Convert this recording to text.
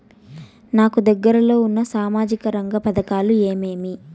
నాకు దగ్గర లో ఉన్న సామాజిక రంగ పథకాలు ఏమేమీ?